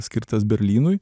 skirtas berlynui